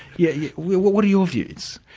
yeah yeah what what are your views?